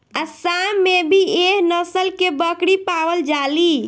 आसाम में भी एह नस्ल के बकरी पावल जाली